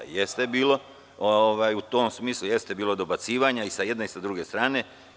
U tom smislu jeste bilo dobacivanja i sa jedne i sa druge strane.